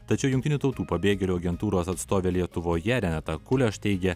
tačiau jungtinių tautų pabėgėlių agentūros atstovė lietuvoje renata kuleš teigia